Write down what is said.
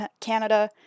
Canada